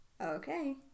Okay